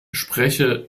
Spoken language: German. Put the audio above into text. spreche